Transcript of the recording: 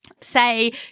say